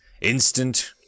Instant